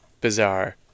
bizarre